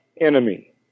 enemy